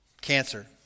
cancer